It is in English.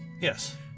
Yes